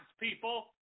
people